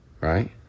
right